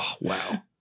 Wow